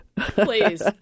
please